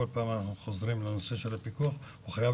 כל פעם אנחנו חוזרים לנושא של פיקוח הוא חייב